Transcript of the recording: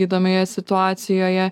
įdomioje situacijoje